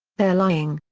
they're lying.